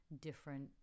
different